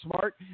Smart